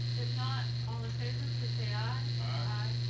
if not, all in favor, please say aye. aye.